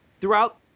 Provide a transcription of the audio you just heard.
throughout